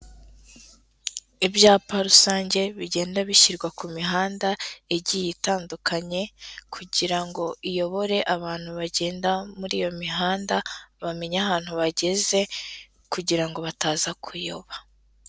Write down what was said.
ibyapa rusange bigenda bishyirwa ku mihanda igiye itandukanye kugira ngo iyobore abantu bagenda muri iyo mihanda bamenye ahantu bageze kugira ngo bataza kuyoba.